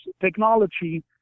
technology